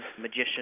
Magician